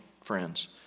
friends